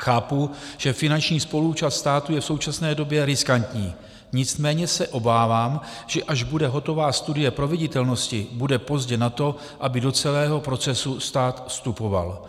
Chápu, že finanční spoluúčast státu je v současné době riskantní, nicméně se obávám, že až bude hotová studie proveditelnosti, bude pozdě na to, aby do celého procesu stát vstupoval.